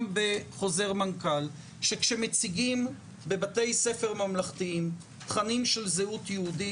בחוזר מנכ"ל שכשמציגים בבתי ספר ממלכתיים תכנים של זהות יהודית,